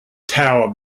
town